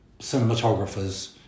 cinematographers